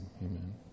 Amen